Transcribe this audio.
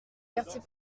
quartier